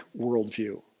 worldview